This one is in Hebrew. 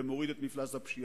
גם מוריד את מפלס הפשיעה.